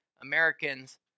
Americans